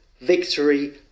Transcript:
victory